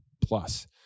plus